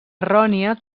errònia